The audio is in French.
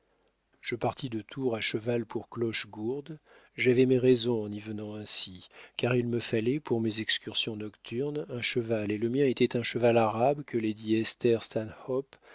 je partis de tours à cheval pour clochegourde j'avais mes raisons en y venant ainsi car il me fallait pour mes excursions nocturnes un cheval et le mien était un cheval arabe que lady esther